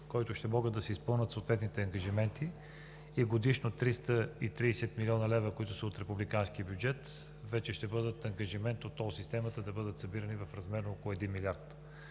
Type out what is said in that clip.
който ще могат да се изпълнят съответните ангажименти. Годишно 330 млн. лв., които са от републиканския бюджет, вече ще бъдат ангажимент от тол системата да бъдат събирани в размер на около един милиард.